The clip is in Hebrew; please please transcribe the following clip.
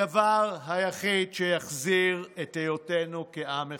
הדבר היחיד שיחזיר את היותנו לעם אחד,